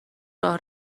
راه